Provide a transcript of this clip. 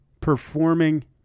performing